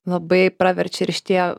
labai praverčia ir šitie